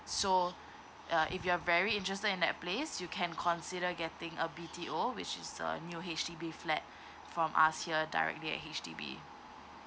so uh if you are very interested in that place you can consider getting a B_T_O which is a new H_D_B flat from us here directly at H_D_B